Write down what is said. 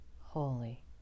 holy